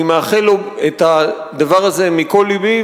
אני מאחל לו את הדבר הזה מכל לבי,